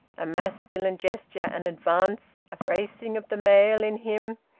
a masculine gesture, an advance, a bracing of the male in him.